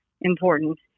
important